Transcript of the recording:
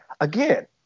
Again